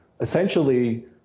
Essentially